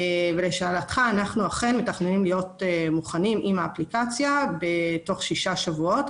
ואנחנו כן מתוכננים להיות מוכנים עם האפליקציה תוך שישה שבועות.